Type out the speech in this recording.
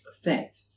effect